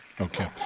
Okay